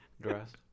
dressed